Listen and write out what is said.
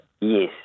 yes